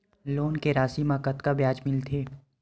Loan के राशि मा कतका ब्याज मिलथे?